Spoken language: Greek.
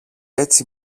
έτσι